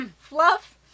fluff